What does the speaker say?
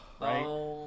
right